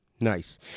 nice